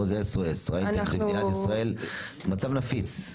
פה זה S.O.S. מדינת ישראל מצב נפיץ.